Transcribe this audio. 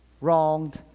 wronged